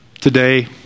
today